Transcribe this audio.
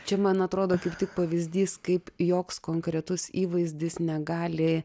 čia man atrodo kaip tik pavyzdys kaip joks konkretus įvaizdis negali